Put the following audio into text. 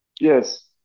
yes